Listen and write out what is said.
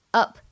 up